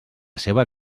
seva